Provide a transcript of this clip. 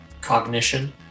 cognition